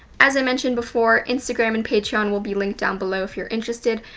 as i mentioned before, instagram and patreon will be linked down below if you're interested,